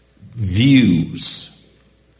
views